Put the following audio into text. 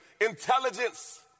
intelligence